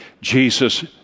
Jesus